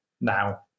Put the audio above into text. now